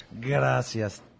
Gracias